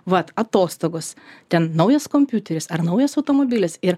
vat atostogos ten naujas kompiuteris ar naujas automobilis ir